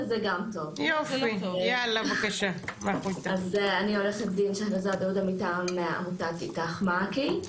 אני עורכת דין מטעם "איתך מעכי".